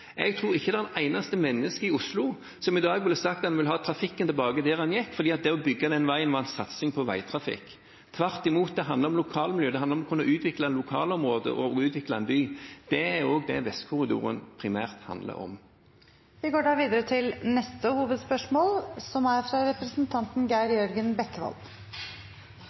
Jeg tror ikke det er et eneste menneske i Oslo som i dag vil si at man vil ha trafikken tilbake der den gikk, for det å bygge den var satsing på veitrafikk. Tvert imot – det handler om lokalmiljø, det handler om å kunne utvikle lokalområdene og å utvikle en by. Det er også det Vestkorridoren primært handler om. Vi går videre til neste hovedspørsmål.